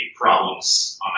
problems